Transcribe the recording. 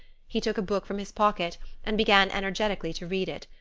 he took a book from his pocket and began energetically to read it,